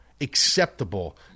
acceptable